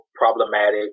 problematic